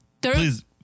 Please